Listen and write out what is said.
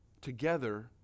together